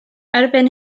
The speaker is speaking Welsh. erbyn